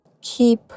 keep